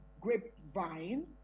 grapevine